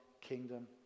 kingdom